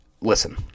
listen